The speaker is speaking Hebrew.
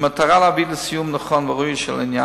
במטרה להביא לסיום נכון וראוי של העניין